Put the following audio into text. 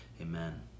Amen